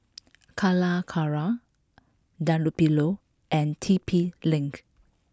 Calacara Dunlopillo and T P Link